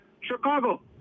Chicago